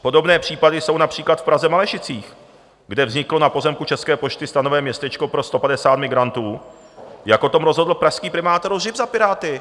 Podobné případy jsou například v Praze Malešicích, kde vzniklo na pozemku České pošty stanové městečko pro 150 migrantů, jak o tom rozhodl pražský primátor Hřib za Piráty.